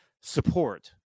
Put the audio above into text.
support